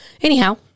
Anyhow